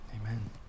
Amen